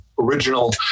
original